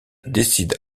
décide